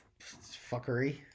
fuckery